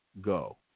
go